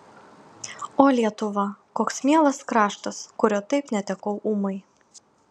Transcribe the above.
o lietuva koks mielas kraštas kurio taip netekau ūmai